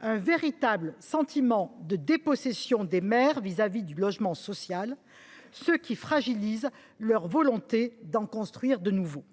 un véritable sentiment de dépossession des maires vis à vis du logement social, ce qui fragilise leur volonté d’en construire de nouveaux.